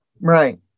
Right